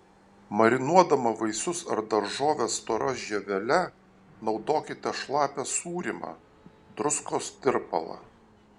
marinuodama vaisius ar daržoves stora žievele naudokite šlapią sūrymą druskos tirpalą